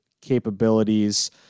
capabilities